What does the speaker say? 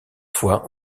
fois